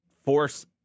force